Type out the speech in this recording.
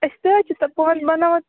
أسۍ تہِ حظ چھِ تہٕ پانہٕ بَناوان